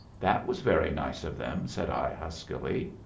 that was very nice of them, said i huskily.